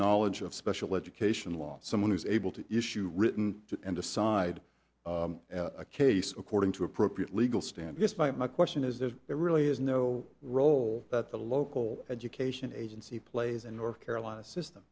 knowledge of special education law someone who's able to issue a written and decide a case according to appropriate legal stand yes my question is if it really has no role that the local education agency plays in north carolina system